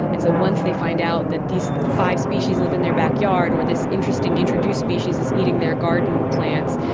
and so once they find out that these five species live in their backyard or this interesting introduced species is eating their garden plants,